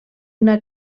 una